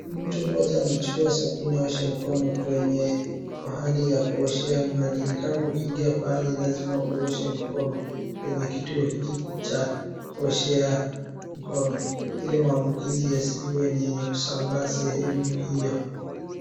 Mtu mmoja anachukua sabuni aoshe mkono kwenye pahali ya kuoshea maji. Ni kama ukiingia pahali lazima uoshe mkono, kwenye kituo hiki cha kuoshea mkono, ili maambukizi yasiwe ni yenye kusambaa sehemu hio.